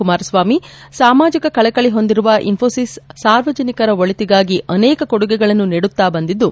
ಕುಮಾರಸ್ವಾಮಿ ಸಾಮಾಜಿಕ ಕಳಕಳಿ ಹೊಂದಿರುವ ಇನ್ನೋಸಿಸ್ ಸಾರ್ವಜನಿಕರ ಒಳಿತಿಗಾಗಿ ಅನೇಕ ಕೊಡುಗೆಗಳನ್ನು ನೀಡುತ್ತಾ ಬಂದಿದ್ದು